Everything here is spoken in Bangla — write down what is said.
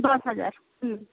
দশ হাজার হুম